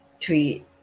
tweet